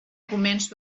començo